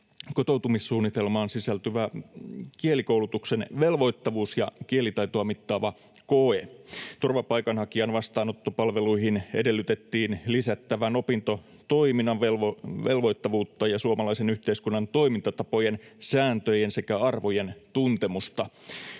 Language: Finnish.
kotoutumissuunnitelmaan sisältyvän kielikoulutuksen velvoittavuutta ja kielitaitoa mittaavaa koetta. Turvapaikanhakijan vastaanottopalveluihin edellytettiin lisättävän opintotoiminnan velvoittavuutta ja suomalaisen yhteiskunnan toimintatapojen, sääntöjen sekä arvojen tuntemusta.